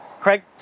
Craig